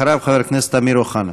אחריו, חבר הכנסת אמיר אוחנה.